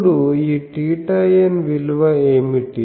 అప్పుడు ఈ θn విలువ ఏమిటి